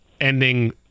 ending